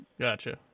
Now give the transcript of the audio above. Gotcha